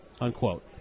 Unquote